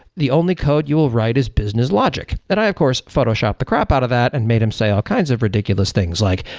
the only code you will write his business logic, that i of course photoshop the crap out of that and made them say all kinds of ridiculous things, like,